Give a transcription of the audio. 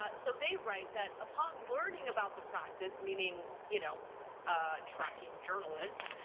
but so they write that upon learning about the practice, meaning, you know ah tracking journalists.